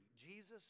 Jesus